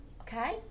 Okay